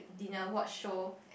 dinner watch show